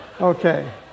Okay